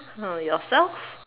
uh yourself